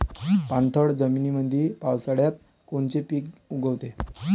पाणथळ जमीनीमंदी पावसाळ्यात कोनचे पिक उगवते?